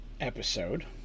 episode